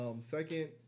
Second